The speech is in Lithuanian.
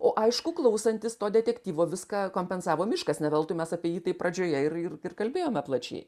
o aišku klausantis to detektyvo viską kompensavo miškas ne veltui mes apie jį taip pradžioje ir ir ir kalbėjome plačiai